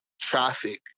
traffic